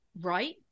right